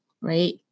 right